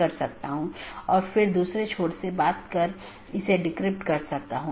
network layer reachability की जानकारी जिसे NLRI के नाम से भी जाना जाता है